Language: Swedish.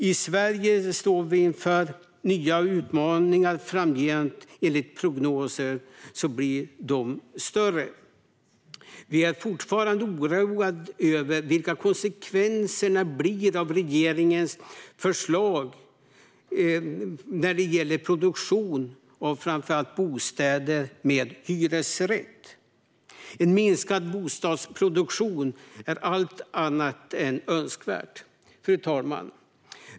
I Sverige står vi inför nya utmaningar framgent, och enligt prognoser blir de större. Vi är fortfarande oroade över vilka konsekvenserna blir av regeringens förslag när det gäller produktion av framför allt bostäder med hyresrätt. En minskad bostadsproduktion är allt annat än önskvärd. Fru talman!